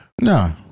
No